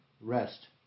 Rest